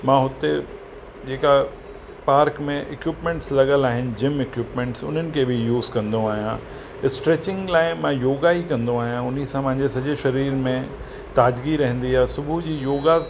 मां हुते जेका पार्क में इक्यूपिमेंट्स लॻियलु आहिनि जिम इक्यूपिमेंट्स उन्हनि खे बि यूस कंदो आहियां स्ट्रैचिंग लाइ मां योगा ई कंदो आहियां उन सां मुंहिंजे सॼे शरीर में ताज़गी रहंदी आ्हे सुबुह जी योगा